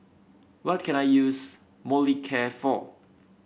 what can I use Molicare for